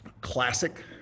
classic